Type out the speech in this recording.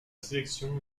sélection